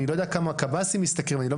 אני לא יודע כמה קב"סים משתכרים,